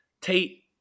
Tate